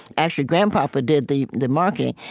actually, grandpapa did the the marketing.